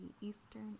Eastern